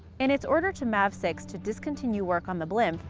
in its order to mav six to discontinue work on the blimp,